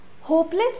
Hopeless